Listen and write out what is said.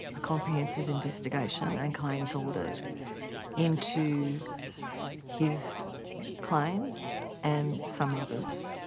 a comprehensive investigation and claim's audit into his claim and some others.